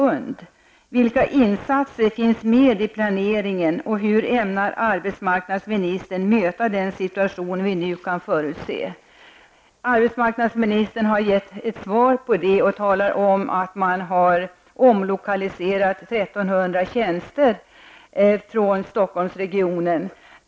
Vilka insatser finns med i planeringen, och hur ämnar arbetsmarknadsministern möta den situation som vi nu kan förutse? Arbetsmarknadsministern har gett ett svar på det och talar om att regeringen har omlokaliserat 1 300 tjänster från Stockholmsregionen.